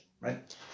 right